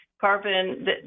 carbon